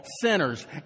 sinners